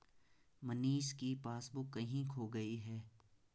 मनीष की पासबुक कहीं खो गई है